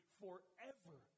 forever